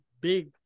big